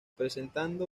presentando